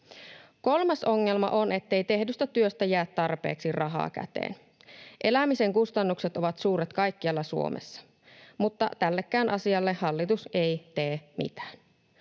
Kolmas ongelma on, ettei tehdystä työstä jää tarpeeksi rahaa käteen. Elämisen kustannukset ovat suuret kaikkialla Suomessa, mutta tällekään asialle hallitus ei tee mitään.